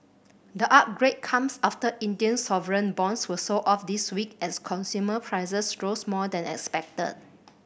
the upgrade comes after Indian sovereign bonds were sold off this week as consumer prices rose more than expected